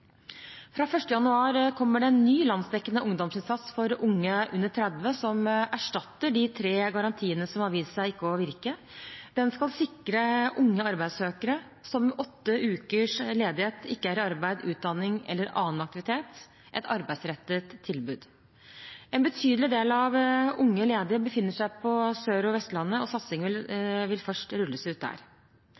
Fra 1. januar kommer det en ny landsdekkende ungdomsinnsats for unge under 30 år som erstatter de tre garantiene som har vist seg ikke å virke. Den skal sikre unge arbeidssøkere som etter åtte uker ledighet ikke er i arbeid, utdanning eller annen aktivitet, et arbeidsrettet tilbud. En betydelig del av unge ledige befinner seg på Sør- og Vestlandet, og satsingen vil først rulles ut der.